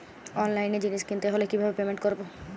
অনলাইনে জিনিস কিনতে হলে কিভাবে পেমেন্ট করবো?